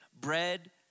bread